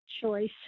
choice